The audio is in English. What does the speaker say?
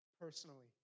personally